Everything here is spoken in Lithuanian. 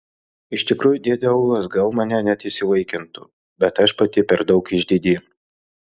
iš tikrųjų dėdė aulas gal mane net įsivaikintų bet aš pati per daug išdidi